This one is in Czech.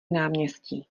náměstí